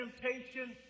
temptation